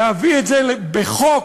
להביא את זה בחוק